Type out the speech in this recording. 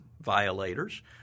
violators